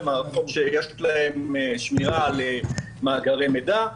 הן מערכות שיש להן שמירה על מעגלי מידע,